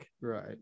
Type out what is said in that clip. Right